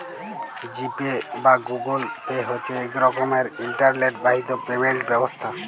জি Pay বা Google pay হছে ইক রকমের ইলটারলেট বাহিত পেমেল্ট ব্যবস্থা